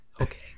okay